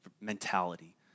mentality